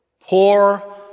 Poor